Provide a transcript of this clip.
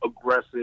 aggressive